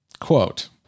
quote